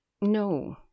No